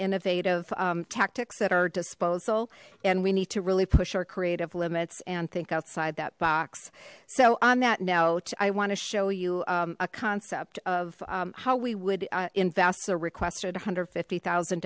innovative tactics at our disposal and we need to really push our creative limits and think outside that box so on that note i want to show you a concept of how we would invest the requested one hundred and fifty thousand